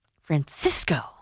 Francisco